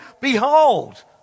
behold